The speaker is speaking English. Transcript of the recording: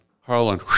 Harlan